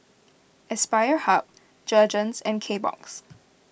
Aspire Hub Jergens and Kbox